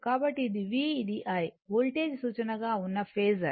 కాబట్టి ఇది V ఇది i వోల్టేజ్ సూచన గా ఉన్న ఫేసర్